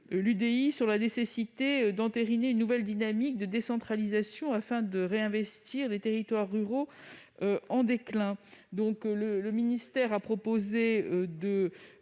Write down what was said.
la nécessité d'entériner une nouvelle dynamique de décentralisation afin de réinvestir les territoires ruraux en déclin. Le ministère de